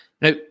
Now